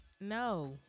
no